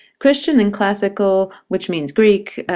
christian and classical, which means greek,